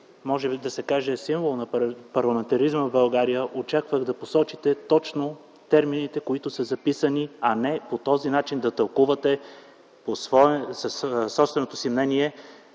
може да се каже, символ на парламентаризма в България, очаквах да посочите точно термините, които са записани, а не по този начин да тълкувате със собственото си мнение